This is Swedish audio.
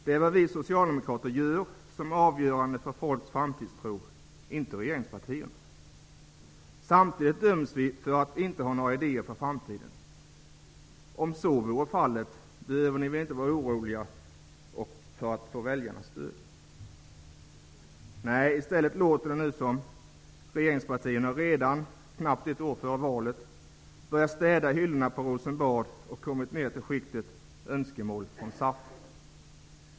Det är vad vi socialdemokrater gör som är avgörande för folks framtidstro, inte vad regeringspartierna gör. Samtidigt döms vi för att inte ha några idéer för framtiden. Om så vore fallet behövde ni väl inte vara oroliga för att inte få väljarnas stöd. I stället låter det nu som om regeringspartierna redan knappt ett år före valet har börjat städa hyllorna i Rosenbad och kommit ner till skiktet ''önskemål från SAF''.